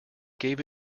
gave